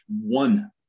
one